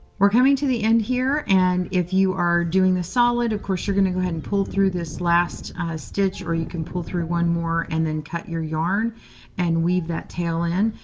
we're coming to the end here. and if you are doing a solid, of course, you're going to go ahead and pull through this last stitch or you can pull through one more and then cut your yarn and weave that tail in.